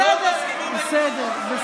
בסדר, בסדר.